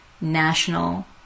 national